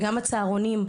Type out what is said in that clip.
וגם הצהרונים,